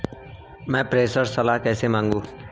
मैं प्रेषण सलाह कैसे मांगूं?